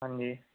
ਹਾਂਜੀ